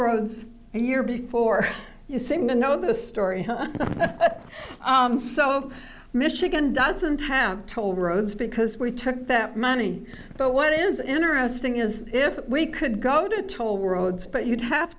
roads year before you seem to know the story so michigan doesn't have told the roads because we took that money but what is interesting is if we could go to toll roads but you'd have